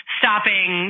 stopping